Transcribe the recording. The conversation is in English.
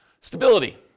Stability